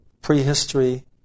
prehistory